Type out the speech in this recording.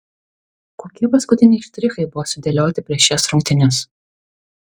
kokie paskutiniai štrichai buvo sudėlioti prieš šias rungtynes